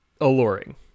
alluring